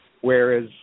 whereas